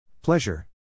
Pleasure